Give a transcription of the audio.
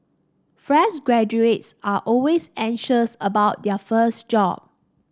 fresh graduates are always anxious about their first job